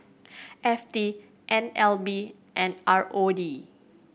F T N L B and R O D